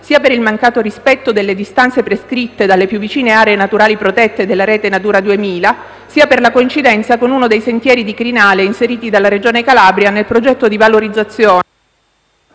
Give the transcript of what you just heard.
sia per il mancato rispetto delle distanze prescritte dalle più vicine aree naturali protette della rete Natura 2000, sia per la coincidenza con uno dei sentieri di crinale inseriti dalla Regione Calabria nel progetto di valorizzazione...